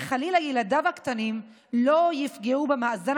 כדי שחלילה ילדיו הקטנים לא יפגעו במאזן